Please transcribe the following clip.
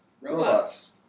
Robots